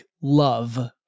love